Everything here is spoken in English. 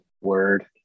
Word